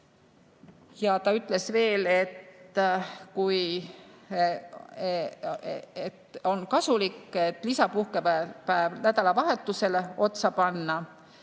Ta ütles veel, et on kasulik lisapuhkepäev nädalavahetusele otsa panna.